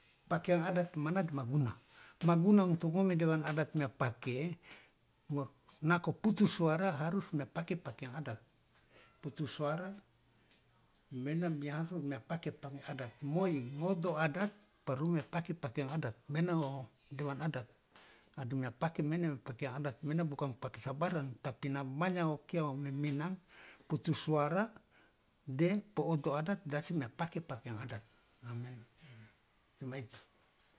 Pakeang adat mena de ma guna ma guna untuk ngomi dewan adat mia pake nako putus suara harus wa pake pakeang adat putus suara mena mia mia pake pakeang adat moi modo adat perlu mia pake pakeang adat mena o dewan adat de mia pake mena paekang adat bukan pake sabarang tapi namanya o kia o meminang putus suara de po odo adat de asa mia pake pakeang adat a maena.